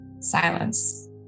Silence